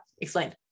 Explain